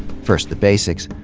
first the basics,